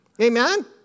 Amen